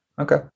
okay